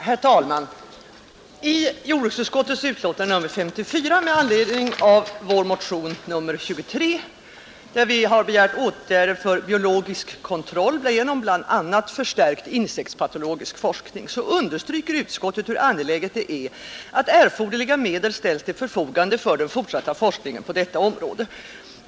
Herr talman! I jordbruksutskottets betänkande nr 54 med anledning av vår motion, nr 23, om åtgärder för biologisk kontroll genom bl.a. förstärkt insektspatologisk forskning understryker utskottet hur angeläget det är att erforderliga medel ställs till förfogande för den fortsatta forskningen på detta område.